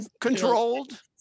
controlled